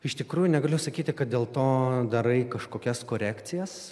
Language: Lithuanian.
iš tikrųjų negaliu sakyti kad dėl to darai kažkokias korekcijas